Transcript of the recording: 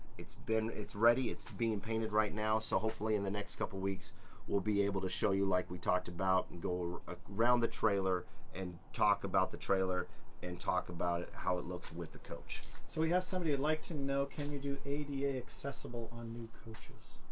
it's been. it's ready. it's being and painted right now so hopefully in the next couple of weeks we'll be able to show you, like we talked about, and go ah around the trailer and talk about the trailer and talk about it, how it looks with the coach. so we have somebody who'd like to know can you do ada accessible on new coaches?